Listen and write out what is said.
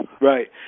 Right